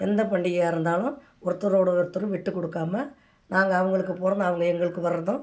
எந்த பண்டிகையாக இருந்தாலும் ஒருத்தரோடு ஒருத்தரும் விட்டுக்கொடுக்காம நாங்கள் அவங்களுக்கு போகிறதும் அவங்க எங்களுக்கு வர்றதும்